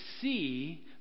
see